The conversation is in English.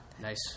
Nice